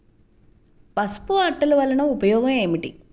పసుపు అట్టలు వలన ఉపయోగం ఏమిటి?